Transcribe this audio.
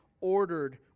ordered